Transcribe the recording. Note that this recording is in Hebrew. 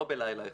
לא בלילה אחד.